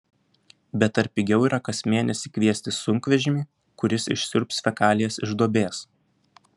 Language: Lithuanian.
bet ar pigiau yra kas mėnesį kviestis sunkvežimį kuris išsiurbs fekalijas iš duobės